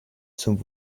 zum